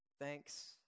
thanks